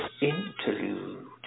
interlude